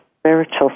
spiritual